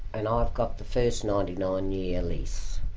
and i've got the first ninety nine year lease.